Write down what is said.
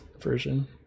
version